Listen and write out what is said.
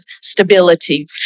stability